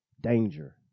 danger